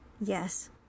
Yes